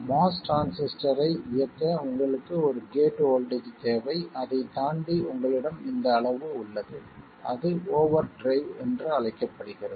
MOS டிரான்சிஸ்டரை இயக்க உங்களுக்கு ஒரு கேட் வோல்ட்டேஜ் தேவை அதைத் தாண்டி உங்களிடம் இந்த அளவு உள்ளது அது ஓவர் டிரைவ் என்று அழைக்கப்படுகிறது